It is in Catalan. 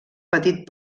petit